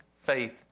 faith